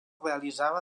realitzava